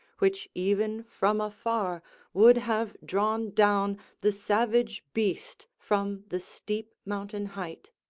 which even from afar would have drawn down the savage beast from the steep mountain-height.